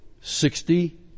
Sixty